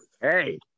Hey